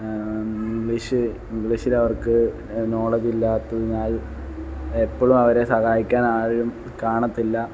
English ഇംഗ്ലീഷിൽ അവർക്ക് knowledge ഇല്ലാത്തതിനാൽ എപ്പോഴും അവരെ സഹായിക്കാൻ ആരും കാണത്തില്ല